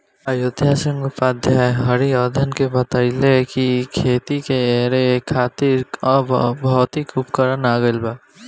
अयोध्या सिंह उपाध्याय हरिऔध के बतइले कि खेती करे खातिर अब भौतिक उपकरण आ गइल बा